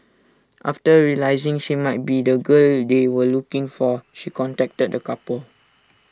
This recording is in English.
after realising she might be the girl they were looking for she contacted the couple